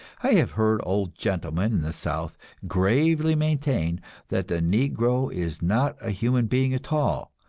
i have heard old gentlemen in the south gravely maintain that the negro is not a human being at all,